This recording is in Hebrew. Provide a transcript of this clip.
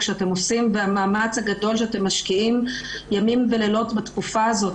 שאתם עושים ואת המאמץ הגדול שאתם משקיעים ימים ולילות בתקופה הזאת.